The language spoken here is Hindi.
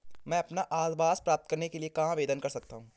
मैं अपना आवास प्राप्त करने के लिए कहाँ आवेदन कर सकता हूँ?